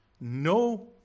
no